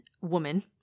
woman